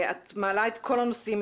את מעלה את כל הנושאים.